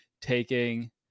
taking